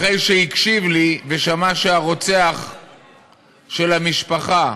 אחרי שהקשיב לי ושמע שהרוצח של המשפחה,